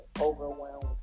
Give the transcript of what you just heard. overwhelmed